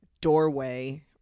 doorway